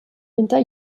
winter